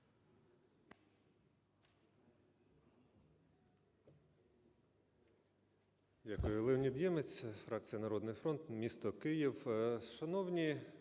Дякую.